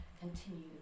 continue